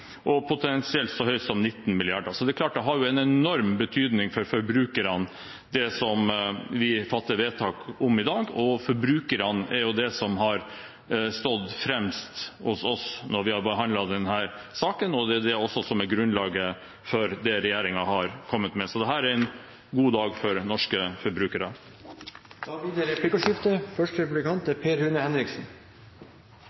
og potensielt så høyt som 19 mrd. kr. Så det er klart det har en enorm betydning for forbrukerne, det som vi fatter vedtak om i dag, og forbrukerne er det som har stått fremst hos oss når vi har behandlet denne saken. Det er også det som er grunnlaget for det regjeringen har kommet med. Dette er en god dag for norske forbrukere. Det blir replikkordskifte. Det